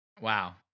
Wow